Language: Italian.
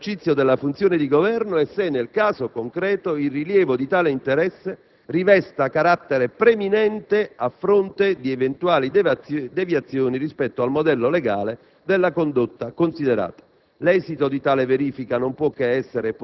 pubblico nell'esercizio della funzione di governo e se, nel caso concreto, il rilievo di tale interesse rivesta carattere preminente a fronte di eventuali deviazioni rispetto al modello legale della condotta considerata.